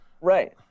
Right